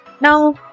Now